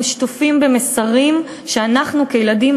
הם שטופים במסרים שאנחנו כילדים,